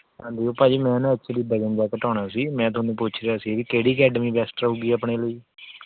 ਹਾਂਜੀ ਉਹ ਭਾਜੀ ਮੈਂ ਨਾ ਐਕਚੂਅਲੀ ਵਜਣ ਜਿਹਾ ਘਟਾਉਣਾ ਸੀ ਮੈਂ ਤੁਹਾਨੂੰ ਪੁੱਛ ਰਿਹਾ ਸੀ ਵੀ ਕਿਹੜੀ ਅਕੈਡਮੀ ਬੈਸਟ ਰਹੇਗੀ ਆਪਣੇ ਲਈ